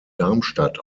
darmstadt